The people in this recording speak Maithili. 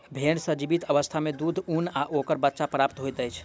भेंड़ सॅ जीवित अवस्था मे दूध, ऊन आ ओकर बच्चा प्राप्त होइत अछि